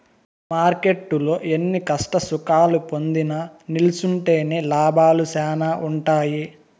మార్కెట్టులో ఎన్ని కష్టసుఖాలు పొందినా నిల్సుంటేనే లాభాలు శానా ఉంటాయి